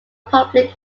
public